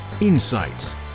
insights